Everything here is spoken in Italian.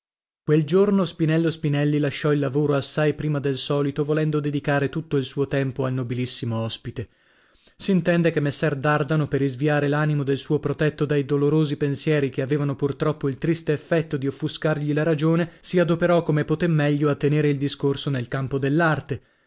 quel giorno spinello spinelli lasciò il lavoro assai prima del solito volendo dedicare tutto il suo tempo al nobilissimo ospite s'intende che messer dardano per isviare l'animo del suo protetto dai dolorosi pensieri che avevano purtroppo il triste effetto di offuscargli la ragione si adoperò come potè meglio a tenere il discorso nel campo dell'arte